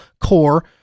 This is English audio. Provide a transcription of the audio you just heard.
Core